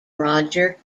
roger